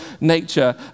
nature